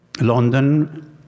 London